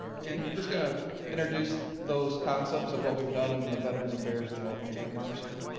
and just gonna introduce those concepts of what we've done in the veterans affairs in the opening remarks here.